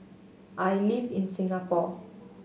I live in Singapore